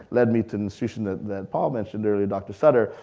led me to an institution that that paul mentioned earlier, dr. sutter,